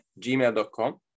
gmail.com